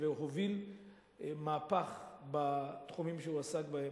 והוביל מהפך בתחומים שהוא עסק בהם.